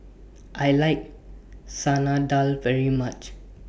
I like Salad Dal very much